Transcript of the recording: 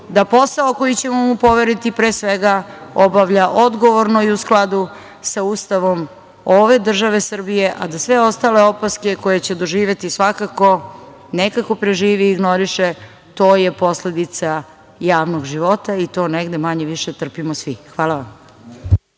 da posao koji ćemo mu poveriti, pre svega, obavlja odgovorno i u skladu sa Ustavom ove države Srbije, a da sve ostale opaske koje će doživeti nekako preživi i ignoriše. To je posledica javnog života i to negde manje-više trpimo svi. Hvala.